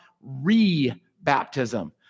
re-baptism